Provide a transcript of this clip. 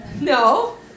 No